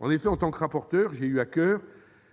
En effet, en tant que rapporteur, j'ai eu à coeur